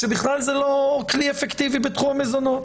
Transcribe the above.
שבכלל זה לא כלי אפקטיבי בתחום המזונות.